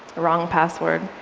wrong password.